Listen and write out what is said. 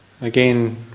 again